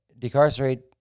Decarcerate